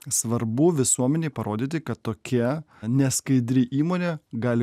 svarbu visuomenei parodyti kad tokie neskaidri įmonė gali